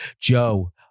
joe